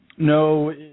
No